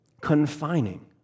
confining